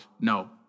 no